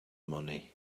money